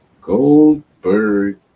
Goldberg